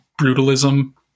brutalism